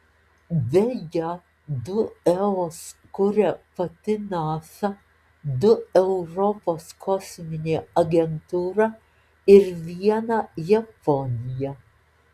beje du eos kuria pati nasa du europos kosminė agentūra ir vieną japonija